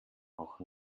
auch